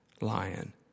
lion